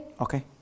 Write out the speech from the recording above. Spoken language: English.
Okay